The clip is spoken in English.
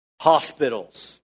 hospitals